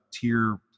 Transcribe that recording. tier